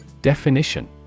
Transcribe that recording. Definition